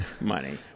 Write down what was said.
Money